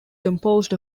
composed